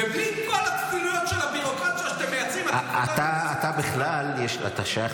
ובלי כל הכפילויות של הביורוקרטיה שאתם מייצרים --- אתה בכלל שייך